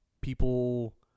people